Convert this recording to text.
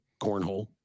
cornhole